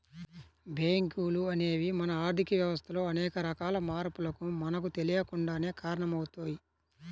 బ్యేంకులు అనేవి మన ఆర్ధిక వ్యవస్థలో అనేక రకాల మార్పులకు మనకు తెలియకుండానే కారణమవుతయ్